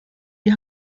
die